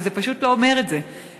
וזה פשוט לא אומר את זה עדיין.